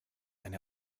eine